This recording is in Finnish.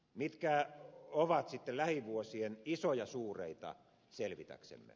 mitkä ovat sitten lähivuosien isoja suureita selvitäksemme